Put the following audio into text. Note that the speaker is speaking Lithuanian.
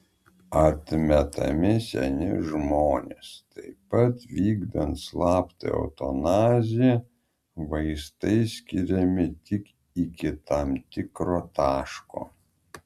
atmetami seni žmonės taip pat vykdant slaptą eutanaziją vaistai skiriami tik iki tam tikro taško